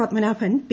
Padmanabhan P